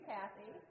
Kathy